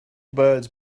birds